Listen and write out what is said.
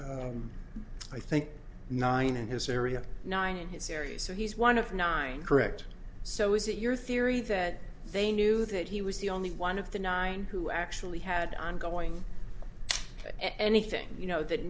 i think nine in his area nine in his area so he's one of nine correct so is it your theory that they knew that he was the only one of the nine who actually had ongoing anything